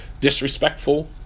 disrespectful